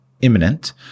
imminent